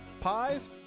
pies